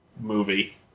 movie